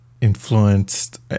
influenced